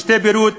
ושתי בירות,